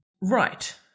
Right